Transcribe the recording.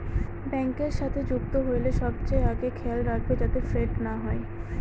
ব্যাঙ্কের সাথে যুক্ত হইলে সবচেয়ে আগে খেয়াল রাখবে যাতে ফ্রড না হয়